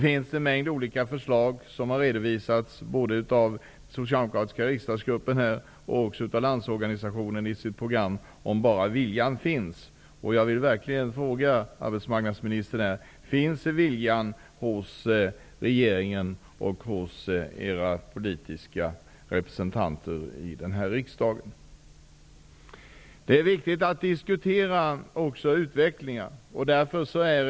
En mängd olika förslag har redovisats dels av den socialdemokratiska riksdagsgruppen, dels av Landsorganisationen i programmet ''Om bara viljan finns...'' Jag vill fråga arbetsmarknadsministern om viljan finns hos regeringen och dess politiska representanter i riksdagen. Det är också viktigt att diskutera utvecklingen.